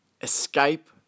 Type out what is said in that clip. escape